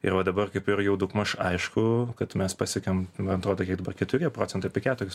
ir vat dabar kaip ir jau daugmaž aišku kad mes pasiekiam na atrodo kaip dabar keturi procentai keturis